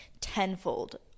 tenfold